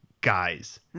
guys